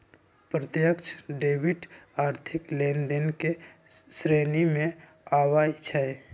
प्रत्यक्ष डेबिट आर्थिक लेनदेन के श्रेणी में आबइ छै